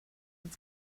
was